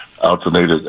alternated